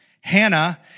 Hannah